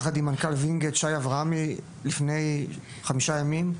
יחד עם מנכ"ל וינגייט שי אברהמי, לפני חמישה ימים.